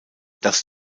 das